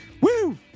Woo